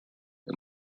and